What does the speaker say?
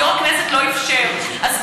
אז יו"ר הכנסת לא אפשר.